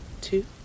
two